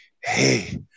Hey